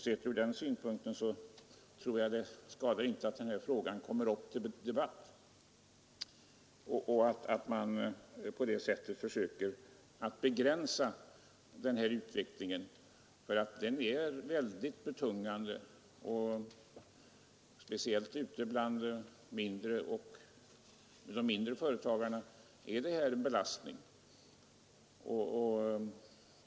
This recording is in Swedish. Sett ur den synpunkten skadar det väl inte att den här frågan kommer upp till debatt och att man på detta sätt försöker dämpa utvecklingen, för uppgiftsskyldigheten är väldigt betungande — speciellt ute bland de mindre företagarna är den en belastning.